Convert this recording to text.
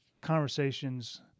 conversations